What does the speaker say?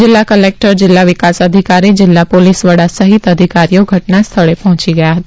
જિલ્લા કલેક્ટર અને જિલ્લા વિકાસ અધિકારી જિલ્લા પોલીસ વડા સહિત અધિકારીઓ ઘટનાસ્થળે પહોંચી ગયા હતા